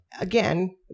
Again